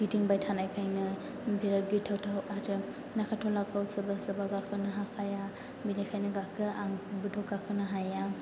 गिदिंबाय थानायखायनो बिराद गिथावथाव आरो नागारट'लाखौ सोरबा सोरबा गाखोनो हाखाया बिनिखायनो गाखोआ आंबोथ' गाखोनो हाया